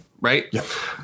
right